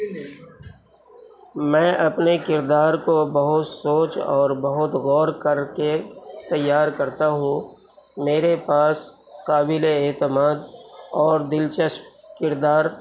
میں اپنے کردار کو بہت سوچ اور بہت غور کر کے تیار کرتا ہوں میرے پاس قابل اعتماد اور دلچسپ کردار